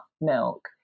milk